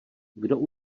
kdo